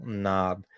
knob